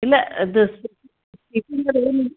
ಇಲ್ಲ ಅದು ಸ್ಟಿಚಿಂಗ್ ಅದು